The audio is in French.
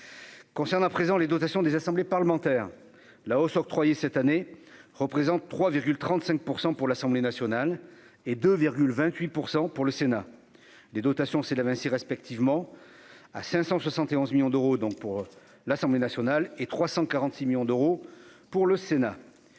concerne à présent les dotations des assemblées parlementaires, la hausse octroyer cette année représentent 3 35 % pour l'Assemblée nationale, et de 28 % pour le Sénat des dotations s'élève ainsi respectivement à 571 millions d'euros, donc pour l'Assemblée nationale et 346 millions d'euros pour le Sénat,